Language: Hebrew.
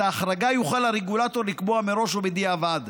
את ההחרגה יוכל הרגולטור לקבוע מראש או בדיעבד.